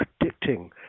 predicting